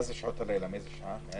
מה זה שעות הלילה, מאיזה שעה?